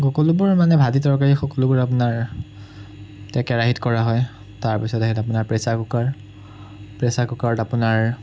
সকলোবোৰ মানে ভাজি তৰকাৰী সকলোবোৰ আপোনাৰ তে কেৰাহীত কৰা হয় তাৰপিছত আহিল আপোনাৰ প্ৰেছাৰ কুকাৰ প্ৰেছাৰ কুকাৰত আপোনাৰ